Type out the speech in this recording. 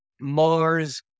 Mars